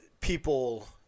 people